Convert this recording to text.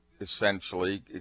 essentially